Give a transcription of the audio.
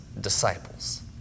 disciples